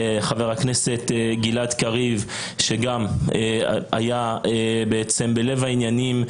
חבר הכנסת גלעד קריב שהיה בלב העניינים,